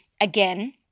again